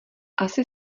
asi